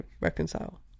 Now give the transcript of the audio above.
reconcile